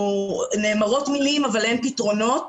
נאמרים מילים אבל אין פתרונות.